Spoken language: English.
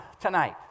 tonight